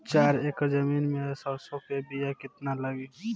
चार एकड़ जमीन में सरसों के बीया कितना लागी?